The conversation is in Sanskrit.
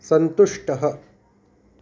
सन्तुष्टः